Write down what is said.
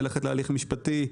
ללכת להליך משפטי,